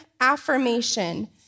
affirmation